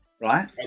right